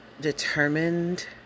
determined